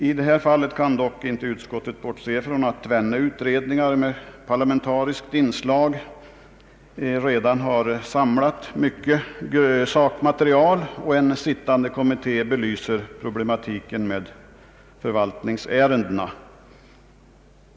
I det här fallet kan utskottet dock inte bortse ifrån att tvenne utredningar med parlamentariskt inslag redan samlat mycket material och att en sittande kommitté belyser problematiken med förvaltningsärendena.